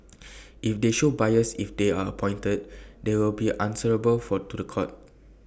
if they show bias if they are appointed they will be answerable for to The Court